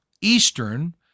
eastern